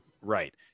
Right